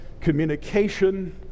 communication